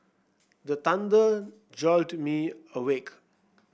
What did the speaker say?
the thunder jolt me awake